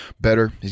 better